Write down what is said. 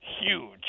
huge